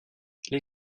les